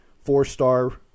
four-star